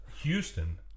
Houston